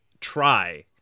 try